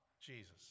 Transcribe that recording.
Jesus